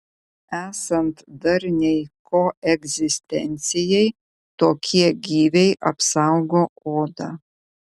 esant darniai koegzistencijai tokie gyviai apsaugo odą